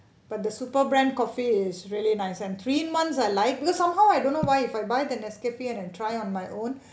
but the super brand coffee is really nice and three in one I like because somehow I don't know why if I buy the nescafe and I try on my own